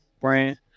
brand